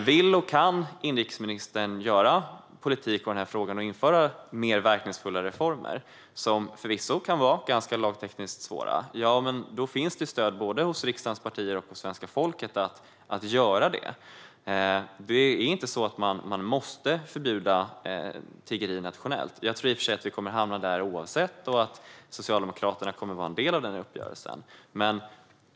Vill och kan inrikesministern göra politik i den här frågan och införa mer verkningsfulla reformer? De kan förvisso vara lagtekniskt svåra, men det finns stöd från både riksdagens partier och svenska folket att göra det. Man måste inte förbjuda tiggeri nationellt, även om jag i och för sig tror att vi kommer att hamna där oavsett och att Socialdemokraterna kommer att vara en del i den uppgörelsen.